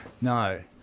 No